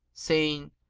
saying,